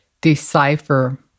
decipher